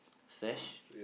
sash